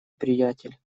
приятель